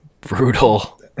brutal